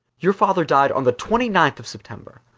your father died on the twenty ninth of september.